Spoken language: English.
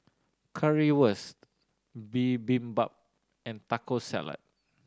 Currywurst Bibimbap and Taco Salad